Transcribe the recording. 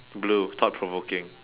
blue thought provoking